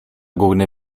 górny